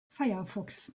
firefox